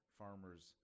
farmers